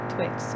Twix